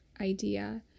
idea